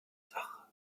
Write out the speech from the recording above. sache